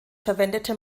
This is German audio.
verwendete